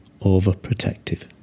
overprotective